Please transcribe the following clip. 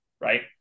Right